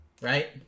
right